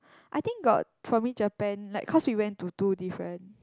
I think got for me Japan like because we went to like two different